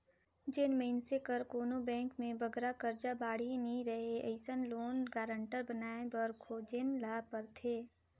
जेन मइनसे कर कोनो बेंक में बगरा करजा बाड़ही नी रहें अइसन लोन गारंटर बनाए बर खोजेन ल परथे